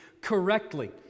correctly